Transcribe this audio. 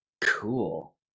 Cool